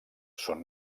són